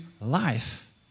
life